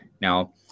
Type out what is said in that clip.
Now